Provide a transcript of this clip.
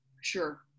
sure